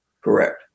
Correct